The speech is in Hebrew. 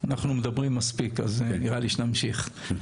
אנחנו מדברים מספיק, אז נראה לי שנמשיך.